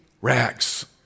rags